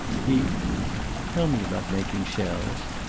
he tell me about making shells.